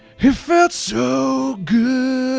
it felt so good